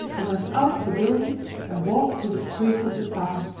they went out of the building and walked through the streets of the town.